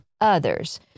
others